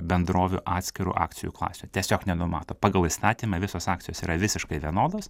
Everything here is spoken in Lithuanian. bendrovių atskirų akcijų klasių tiesiog nenumato pagal įstatymą visos akcijos yra visiškai vienodos